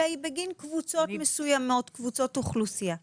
אלא היא בגין קבוצות אוכלוסייה מסוימות.